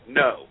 no